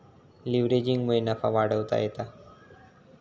लीव्हरेजिंगमुळे नफा वाढवता येता